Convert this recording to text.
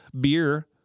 beer